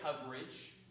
coverage